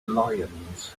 lions